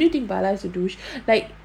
don't you think a douche like